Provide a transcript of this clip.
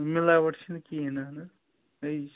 مِلاوٹ چھِنہٕ کہیٖنۍ اہَن حَظ صحیع چھُ